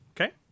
Okay